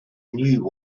knew